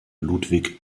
ludwig